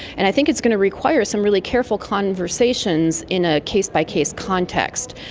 and i think it's going to require some really careful conversations in a case-by-case context.